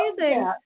amazing